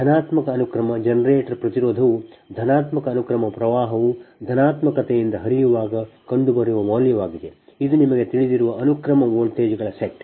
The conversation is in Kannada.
ಧನಾತ್ಮಕ ಅನುಕ್ರಮ ಜನರೇಟರ್ ಪ್ರತಿರೋಧವು ಧನಾತ್ಮಕ ಅನುಕ್ರಮ ಪ್ರವಾಹವು ಧನಾತ್ಮಕತೆಯಿಂದ ಹರಿಯುವಾಗ ಕಂಡುಬರುವ ಮೌಲ್ಯವಾಗಿದೆ ಇದು ನಿಮಗೆ ತಿಳಿದಿರುವ ಅನುಕ್ರಮ ವೋಲ್ಟೇಜ್ಗಳ ಸೆಟ್